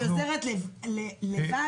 עוזרת לבד?